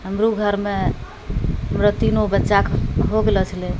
हमरोघरमे हमरा तीनो बच्चाके हो गेलऽ छलै